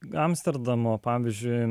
amstardamo pavyzdžiui